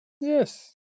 Yes